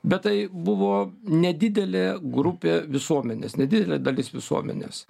bet tai buvo nedidelė grupė visuomenės nedidelė dalis visuomenės